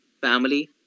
Family